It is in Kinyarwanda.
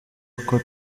uko